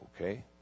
Okay